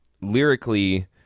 lyrically